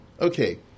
Okay